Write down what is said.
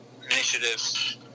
initiatives